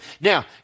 Now